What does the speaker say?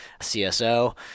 CSO